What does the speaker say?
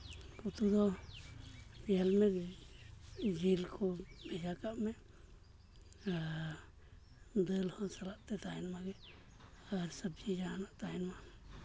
ᱩᱛᱩ ᱫᱚ ᱧᱮᱞ ᱢᱮ ᱡᱤᱞ ᱠᱚ ᱵᱷᱮᱡᱟ ᱠᱟᱜᱼᱢᱮ ᱟᱨ ᱫᱟᱹᱞ ᱦᱚᱸ ᱥᱟᱞᱟᱜ ᱛᱮ ᱛᱟᱦᱮᱱ ᱢᱟᱜᱮ ᱟᱨ ᱥᱚᱵᱽᱡᱤ ᱡᱟᱦᱟᱱᱟᱜ ᱛᱟᱦᱮᱱᱼᱢᱟ